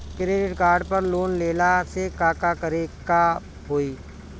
Credit card पर loan लेला से का का करे क होइ?